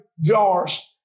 jars